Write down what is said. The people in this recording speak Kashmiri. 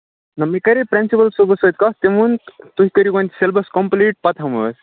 نہ مےٚ کَرے پرنسِپل صٲبَس سۭتۍ کَتھ تٔمۍ ووٚن تُہۍ کٔرِو وۄنۍ سِلبَس کَمپٕلیٖٹ پَتہٕ ہٮ۪مو أسۍ